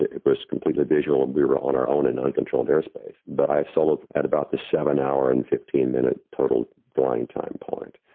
it was completely visual and we were on our own in uncontrolled airspace, but i soloed at about the seven hour and fifteen minute total flying time point.